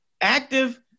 active